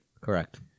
Correct